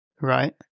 Right